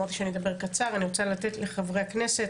אמרתי שאני אדבר בקצרה, אני רוצה לתת לחברי הכנסת.